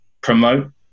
promote